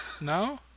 No